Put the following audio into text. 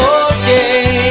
okay